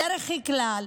בדרך כלל,